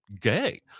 gay